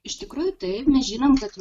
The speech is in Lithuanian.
iš tikrųjų taip mes žinom kad